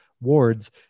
wards